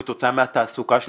כתוצאה מהתעסוקה שבפריפריה,